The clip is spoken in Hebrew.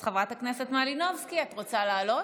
אז חברת הכנסת מלינובסקי, את רוצה לעלות?